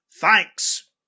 thanks